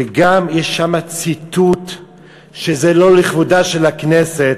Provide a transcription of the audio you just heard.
ויש שם גם ציטוט שזה לא לכבודה של הכנסת,